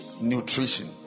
nutrition